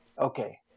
okay